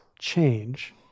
change